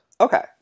Okay